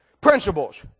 Principles